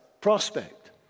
prospect